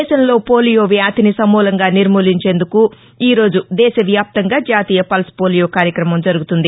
దేశంలో పోలియో వ్యాధిని సమూలంగా నిర్మూలించేందుకు ఈరోజు దేశ వ్యాప్తంగా జాతీయా పల్స్ పోలియో కార్యక్రమం జరుగుతుంది